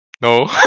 No